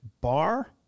bar